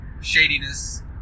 shadiness